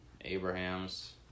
Abrahams